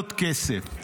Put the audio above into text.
מזוודות כסף.